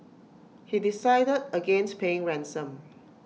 he decided against paying ransom